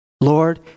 Lord